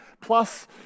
plus